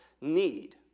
need